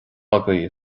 agaibh